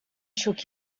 shook